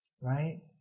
Right